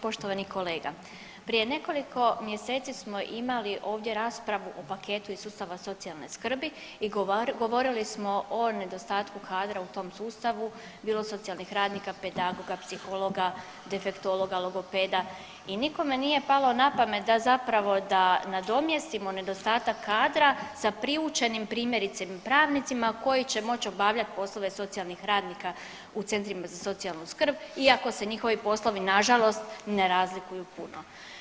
Poštovani kolega, prije nekoliko mjeseci smo imali ovdje raspravu o paketu iz sustava socijalne skrbi i govorili smo o nedostatku kadra u tom sustavu, bilo socijalnih radnika, pedagoga, psihologa, defektologa, logopeda i nikome nije palo napamet da zapravo da nadomjestimo nedostatak kadra sa priučenim primjerice pravnicima koji će moći obavljati poslove socijalnih radnika u centrima za socijalnu skrb iako se njihovi poslovi nažalost ne razliku punu.